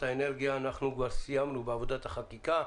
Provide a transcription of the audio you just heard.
האנרגיה אנחנו כבר סיימנו בעבודת החקיקה.